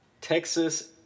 Texas